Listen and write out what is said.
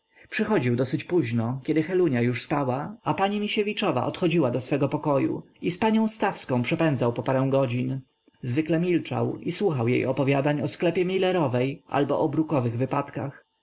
przychodził dosyć późno kiedy helunia już spała a pani misiewiczowa odchodziła do swego pokoju i z panią stawską przepędzał po parę godzin zwykle milczał i słuchał jej opowiadań o sklepie milerowej albo o brukowych wypadkach